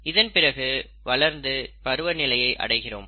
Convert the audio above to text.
இதன்பிறகு வளர்ந்த பருவ நிலையை அடைகிறோம்